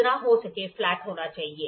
जितना हो सके फ्लैट होना चाहिए